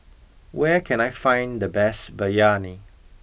where can I find the best Biryani